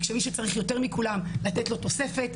וכמישהו צריך יותר מכולם, לתת לו תוספת.